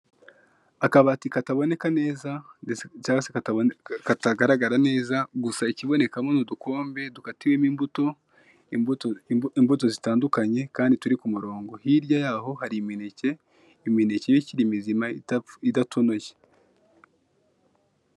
Akabati kataboneka neza cyangwa se katagaragara neza gusa ikibonekamo ni udukombe dukatiwemo imbuto, imbuto zitandukanye kandi turi ku murungo hirya yaho hari imineke, imeneke yo ikiri mizima idatonoye.